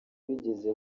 bigeze